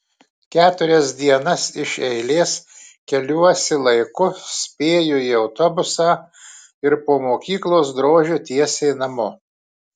keturias dienas iš eilės keliuosi laiku spėju į autobusą ir po mokyklos drožiu tiesiai namo